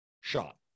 shot